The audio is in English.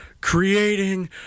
creating